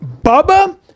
Bubba